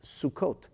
Sukkot